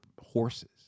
horses